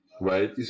right